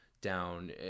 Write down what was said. down